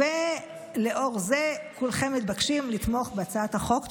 לאור זה כולכם מתבקשים לתמוך בהצעת החוק.